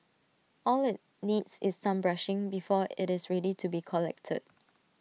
all IT needs is some brushing before IT is ready to be collected